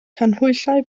canhwyllau